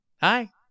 Hi